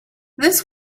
this